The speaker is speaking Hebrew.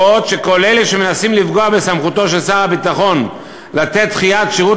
בעוד כל אלה שמנסים לפגוע בסמכותו של שר הביטחון לתת דחיית שירות